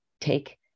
take